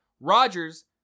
Rodgers